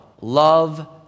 love